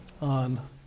on